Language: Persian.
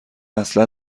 اصلا